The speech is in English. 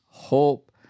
Hope